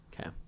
Okay